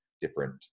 different